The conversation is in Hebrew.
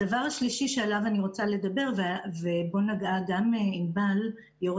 הדבר השלישי עליו אני רוצה ובו נגעה ענבל יושבת